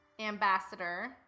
ambassador